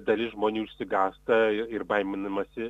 dalis žmonių išsigąsta ir baiminamasi